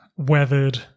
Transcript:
weathered